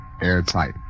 airtight